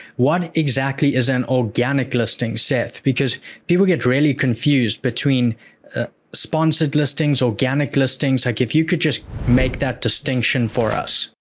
what exactly is an organic listing seth? because people get really confused between sponsored listings, organic listings. like if you could just make that distinction for us.